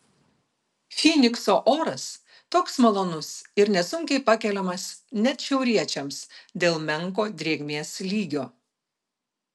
fynikso oras toks malonus ir nesunkiai pakeliamas net šiauriečiams dėl menko drėgmės lygio